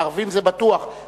ערבים זה בטוח.